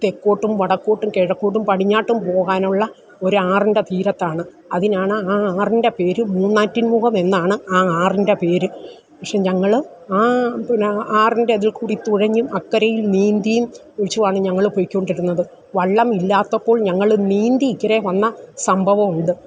തെക്കോട്ടും വടക്കോട്ടും കിഴക്കോട്ടും പടിഞ്ഞാട്ടും പോകാനുള്ള ഒരാറിൻ്റെ തീരത്താണ് അതിനാണ് ആ ആറിൻ്റെ പേര് മൂന്നാറ്റിൻ മുഖം എന്നാണ് ആ ആറിൻ്റെ പേര് പക്ഷേ ഞങ്ങൾ ആ പിന്നെ ആറിൻ്റെ അതിൽ കൂടി തുഴഞ്ഞും അക്കരയിൽ നീന്തിയും പിടിച്ചുമാണ് ഞങ്ങൾ പോയിക്കൊണ്ടിരുന്നത് വള്ളം ഇല്ലാത്തപ്പോൾ ഞങ്ങൾ നീന്തി ഇക്കര വന്ന സംഭവവും ഉണ്ട്